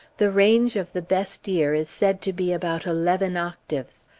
the range of the best ear is said to be about eleven octaves.